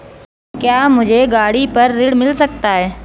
क्या मुझे गाड़ी पर ऋण मिल सकता है?